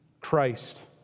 Christ